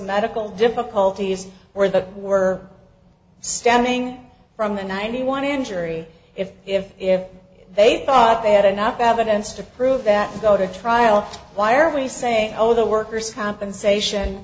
medical difficulties were that were standing from the ninety one injury if if if they thought they had enough evidence to prove that to go to trial why are we saying oh the workers compensation